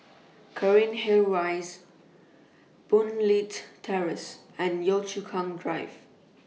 Cairnhill Rise Boon Leat Terrace and Yio Chu Kang Drive